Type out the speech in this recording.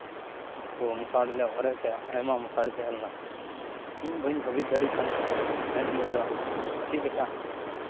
ᱢᱚᱥᱟᱨᱤᱞᱮ ᱚᱨᱮᱸᱫ ᱛᱟᱦᱮᱱᱟ ᱟᱭᱢᱟ ᱢᱚᱥᱟᱨᱤ ᱛᱟᱦᱮᱸ ᱞᱮᱱᱟ ᱤᱧ ᱵᱟᱹᱧ ᱵᱷᱟᱹᱵᱤᱛ ᱫᱟᱲᱮ ᱠᱟᱱ ᱛᱟᱦᱮᱸᱜᱼᱟ ᱮᱱ ᱦᱤᱞᱳᱜ ᱫᱚ ᱪᱮᱫ ᱞᱮᱠᱟ